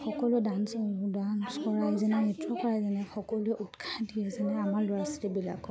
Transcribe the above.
সকলো dance dance কৰাই যেনে নৃত্য কৰাই যেনে সকলোৱে উৎসাহ দিয়ে যেনে আমাৰ ল'ৰা ছোৱালীবিলাকক